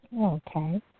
Okay